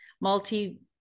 Multi